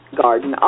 garden